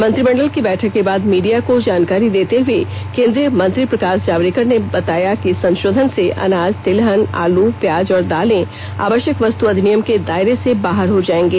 मंत्रिमंडल की बैठक के बाद मीडिया को जानकारी देते हुए केंद्रीय मंत्री प्रकाश जावडेकर ने बताया कि इस संशोधन से अनाज तिलहन आलू प्याज और दालें आवश्यक वस्तु अधिनियम के दायरे से बाहर हो जाएंगे